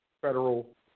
federal